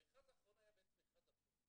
המכרז האחרון היה בעצם מכרז הפוך.